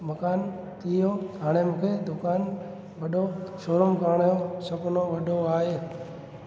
मकान थी वियो हाणे मूंखे दुकानु वॾो शोरूम करण जो सुपिनो वॾो आहे